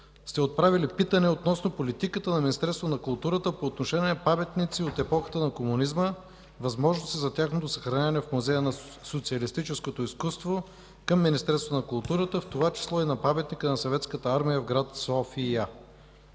Отправили сте питане относно политиката на Министерството на културата по отношение на паметници от епохата на комунизма и възможности за тяхното съхраняване в Музея на социалистическото изкуство към Министерството на културата, в това число и на Паметника на Съветската армия